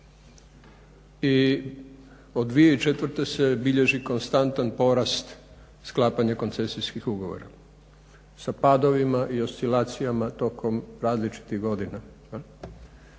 i od 2004. se bilježi konstantan porast sklapanja koncesijskih ugovora, sa padovima i oscilacijama tokom različitih godina,